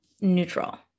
neutral